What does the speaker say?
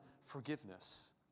forgiveness